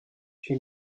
she